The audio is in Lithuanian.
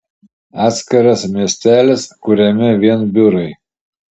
atskiras miestelis kuriame vien biurai